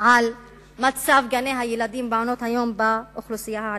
על מצב גני-הילדים ומעונות-היום באוכלוסייה הערבית.